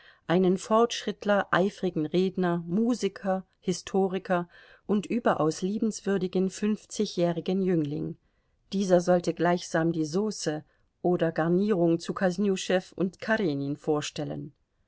einen fortschrittler eifrigen redner musiker historiker und überaus liebenswürdigen fünfzigjährigen jüngling dieser sollte gleichsam die sauce oder garnierung zu kosnüschew und karenin vorstellen